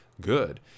good